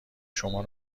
شما